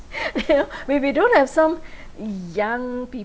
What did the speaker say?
you know we we don't have some young people